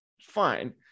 fine